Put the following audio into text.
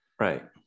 right